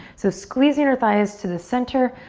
so squeeze the inner thighs to the center.